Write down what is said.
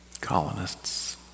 colonists